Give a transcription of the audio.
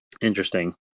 Interesting